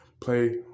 play